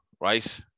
Right